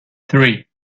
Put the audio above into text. three